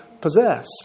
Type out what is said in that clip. possess